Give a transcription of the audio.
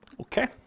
Okay